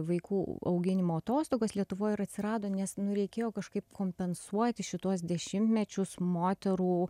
vaikų auginimo atostogos lietuvoj ir atsirado nes nu reikėjo kažkaip kompensuoti šituos dešimtmečius moterų